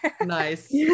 Nice